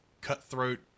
cutthroat